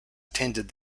attended